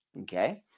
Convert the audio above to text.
okay